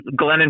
Glennon